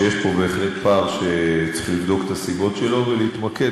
יש פה בהחלט פער שצריך לבדוק את הסיבות שלו ולהתמקד,